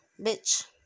Bitch